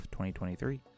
2023